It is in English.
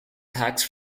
text